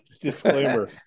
Disclaimer